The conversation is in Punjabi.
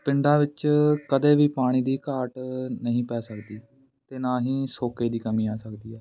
ਪਿੰਡਾਂ ਵਿੱਚ ਕਦੇ ਵੀ ਪਾਣੀ ਦੀ ਘਾਟ ਨਹੀਂ ਪੈ ਸਕਦੀ ਅਤੇ ਨਾ ਹੀ ਸੋਕੇ ਦੀ ਕਮੀ ਆ ਸਕਦੀ ਹੈ